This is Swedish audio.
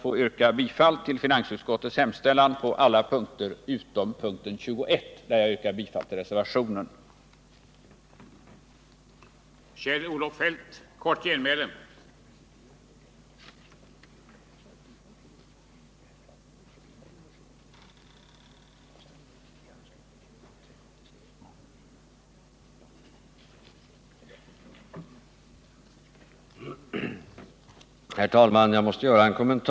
Jag yrkar bifall till finansutskottets hemställan på alla punkter utom punkten 21, där jag yrkar bifall till reservationen 3.